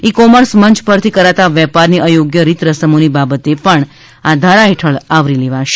ઇ commerce મંચ પરથી કરાતા વેપારની અયોગ્ય રીતરસમોની બાબતે પણ આ ધારા હેઠળ આવરી લેવાશે